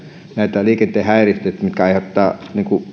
näitä liikenteen häirikköjä mitkä aiheuttavat